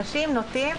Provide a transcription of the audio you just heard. אנשים נוטים,